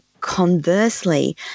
conversely